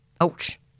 Ouch